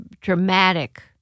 dramatic